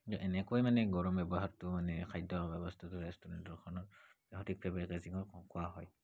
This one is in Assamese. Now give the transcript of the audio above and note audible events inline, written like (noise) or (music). কিন্তু এনেকৈ মানে গৰম ব্যৱহাৰটো মানে খাদ্যৰ ব্যৱস্থাটো ৰেষ্টোৰেণ্টৰ খানা (unintelligible) হয়